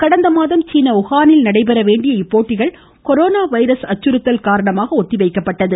கடந்த மாதம் சீன உஹானில் நடைபெற வேண்டிய இப்போட்டிகள் கொரோனா வைரஸ் அச்சுறுத்தல் காரணமாக ஒத்திவைக்கப்பட்டது